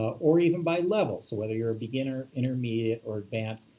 ah or even by level, so whether you're a beginner, intermediate, or advanced,